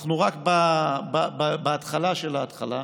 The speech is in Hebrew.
אנחנו רק בהתחלה של ההתחלה.